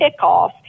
kickoff